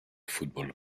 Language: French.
football